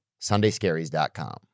sundayscaries.com